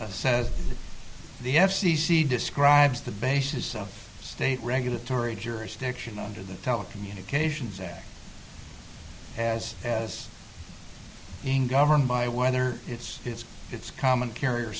c says the f c c describes the basis of state regulatory jurisdiction under the telecommunications act as as being governed by whether it's it's common carrier